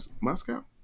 Moscow